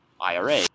IRA